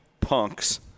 punks